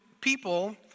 people